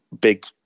big